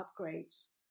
upgrades